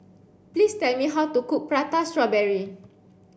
please tell me how to cook prata strawberry